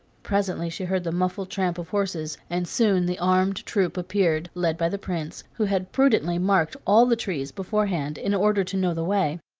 presently she heard the muffled tramp of horses, and soon the armed troop appeared, led by the prince, who had prudently marked all the trees beforehand, in order to know the way.